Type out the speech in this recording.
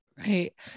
Right